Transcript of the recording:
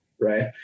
Right